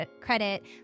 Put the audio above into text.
credit